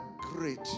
great